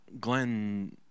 Glenn